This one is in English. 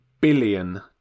billion